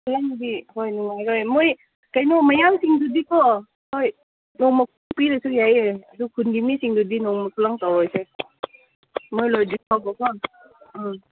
ꯈꯨꯂꯪꯗꯤ ꯍꯣꯏ ꯅꯨꯡꯉꯥꯏꯔꯣꯏ ꯃꯣꯏ ꯀꯩꯅꯣ ꯃꯌꯥꯡꯁꯤꯡꯗꯨꯗꯤꯀꯣ ꯍꯣꯏ ꯅꯣꯡꯃꯒꯤ ꯄꯤꯔꯁꯨ ꯌꯥꯏꯌꯦ ꯑꯗꯨ ꯈꯨꯟꯒꯤ ꯃꯤꯁꯤꯡꯗꯨꯗꯤ ꯅꯣꯡꯃ ꯈꯨꯂꯪ ꯇꯧꯔꯣꯏꯁꯦ ꯃꯣꯏ ꯂꯣꯏꯗ꯭ꯔꯤ ꯐꯥꯎꯕꯀꯣ ꯎꯝ